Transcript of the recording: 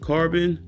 Carbon